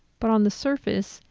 but on the surface,